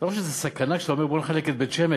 אתה לא חושב שזו סכנה כשאתה אומר "בואו נחלק את בית-שמש",